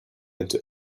into